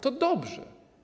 To dobrze.